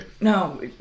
No